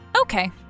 Okay